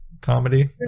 comedy